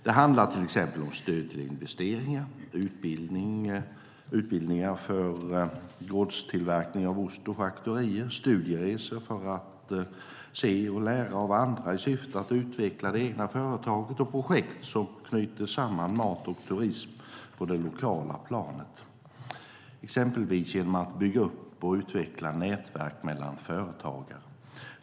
Det handlar till exempel om stöd till investeringar, utbildningar för gårdstillverkning av ost och charkuterier, studieresor för att se och lära av andra i syfte att utveckla det egna företaget och projekt som knyter samman mat och turism på det lokala planet, exempelvis genom att bygga upp och utveckla nätverk mellan företagare.